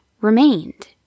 remained